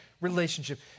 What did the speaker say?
relationship